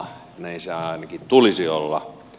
näin sen ainakin tulisi olla